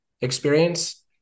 experience